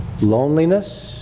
loneliness